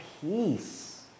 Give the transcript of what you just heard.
peace